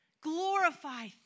glorify